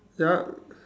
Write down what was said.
yup